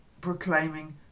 proclaiming